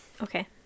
Okay